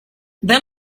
then